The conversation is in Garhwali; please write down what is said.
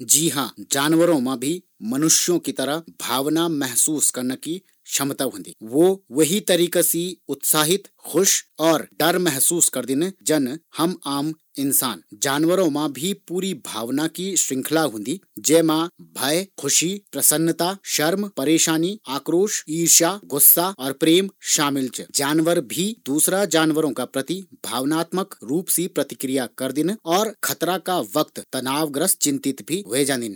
जी हाँ जानवरो मा भी मनुष्यों की तरह भावमा महसूस कन्न की क्षमता होंदी, वू वे ही तरीका सी उत्साहित खुश और डर महसूस करदिन, जन्न हम आम इंसान। जानवरो मा भी भावना की पूरी श्रृंखला होंदी जे मा भय ख़ुशी प्रसन्नता शर्म परेशानी आक्रोश ईर्ष्या गुस्सा और प्रेम शामिल च, जानवर भी दूसरा जानवरो का प्रति भावनात्मक रूप सी प्रतिक्रिया करदिन